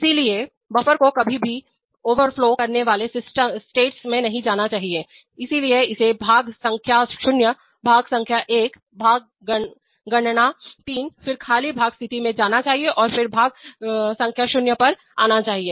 इसलिए बफर को कभी भी ओवरफ्लो करने वाले स्टेट्स में नहीं जाना चाहिए इसलिए इसे भाग संख्या 0 भाग संख्या 1 भाग गणना 3 फिर खाली भाग स्थिति में जाना चाहिए और फिर भाग संख्या 0 पर आना चाहिए